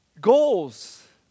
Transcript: goals